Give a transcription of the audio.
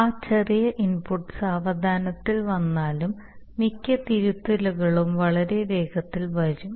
ആ ചെറിയ ഇൻപുട്ട് സാവധാനത്തിൽ വന്നാലും മിക്ക തിരുത്തലുകളും വളരെ വേഗത്തിൽ വരും